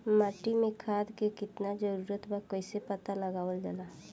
माटी मे खाद के कितना जरूरत बा कइसे पता लगावल जाला?